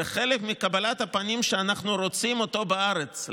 זה חלק מקבלת הפנים שאנחנו רוצים אותו בארץ,